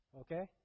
Okay